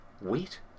wait